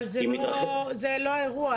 אבל זה לא האירוע.